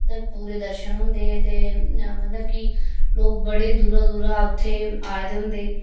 मतलब पूरे दर्शन होंदे ते मतलब कि लोग बड़ी दूरा दूरा उत्थें आए दे होंदे